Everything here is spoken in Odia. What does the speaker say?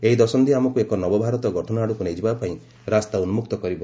ଏହି ଦଶନ୍ଧି ଆମକୁ ଏକ ନବଭାରତ ଗଠନ ଆଡ଼କୁ ନେଇଯିବାପାଇଁ ରାସ୍ତା ଉନ୍କକ୍ତ କରିବ